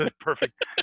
Perfect